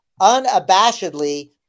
unabashedly